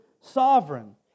sovereign